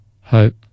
hope